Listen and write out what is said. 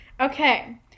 Okay